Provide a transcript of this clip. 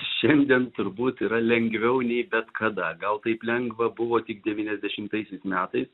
šiandien turbūt yra lengviau nei bet kada gal taip lengva buvo tik devyniasdešimtaisiais metais